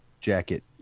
jacket